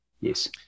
Yes